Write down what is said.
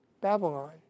Babylon